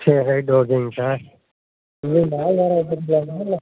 சரி ரைட் ஓகேங்க சார் வந்து நாள் வாடகை வெச்சுக்கலாமா இல்லை